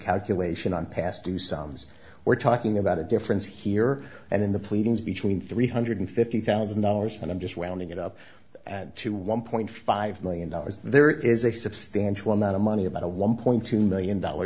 calculation on past two sums we're talking about a difference here and in the pleadings between three hundred fifty thousand dollars and i'm just rounding it up to one point five million dollars there is a substantial amount of money about a one point two million dollar